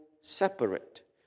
separate